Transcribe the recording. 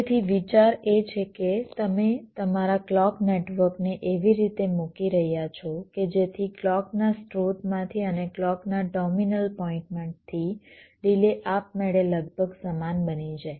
તેથી વિચાર એ છે કે તમે તમારા ક્લૉક નેટવર્કને એવી રીતે મૂકી રહ્યા છો કે જેથી ક્લૉકના સ્ત્રોતમાંથી અને ક્લૉકના ટર્મિનલ પોઇન્ટમાંથી ડિલે આપમેળે લગભગ સમાન બની જાય